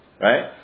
right